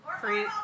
Free